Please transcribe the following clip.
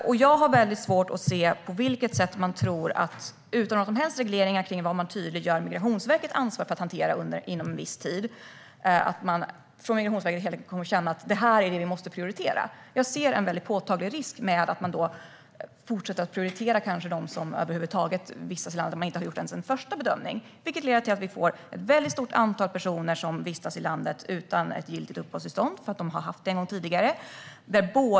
Reglerar man inte Migrationsverkets ansvar att hantera dessa ansökningar inom en viss tid har jag svårt att se att Migrationsverket kommer att prioritera dem. Jag ser en påtaglig risk för att man kommer att prioritera dem som vistas i landet och där det inte ens har gjorts en första bedömning. Då kommer vi att få ett stort antal personer som vistas i landet utan giltigt uppehållstillstånd för att de har haft det tidigare.